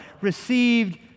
received